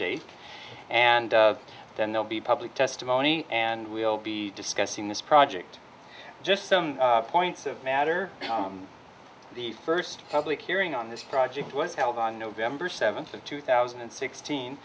date and then they'll be public testimony and we'll be discussing this project just points of matter the first public hearing on this project was held on november seventh of two thousand and sixteen